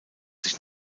sich